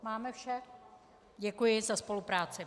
Máme vše, děkuji za spolupráci.